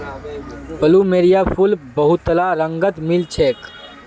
plumeria फूल बहुतला रंगत मिल छेक